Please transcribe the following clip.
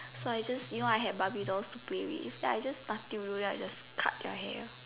so I just you know I have barbie dolls to play with then I just nothing to do then I just cut their hair